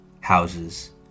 houses